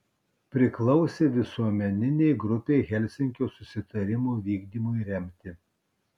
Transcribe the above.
priklausė visuomeninei grupei helsinkio susitarimų vykdymui remti